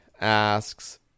asks